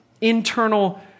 internal